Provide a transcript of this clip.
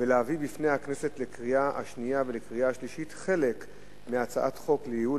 ולהביא בפני הכנסת לקריאה השנייה ולקריאה השלישית חלק מהצעת חוק לייעול